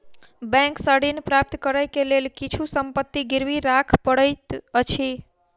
bank सॅ ऋण प्राप्त करै के लेल किछु संपत्ति गिरवी राख पड़ैत अछि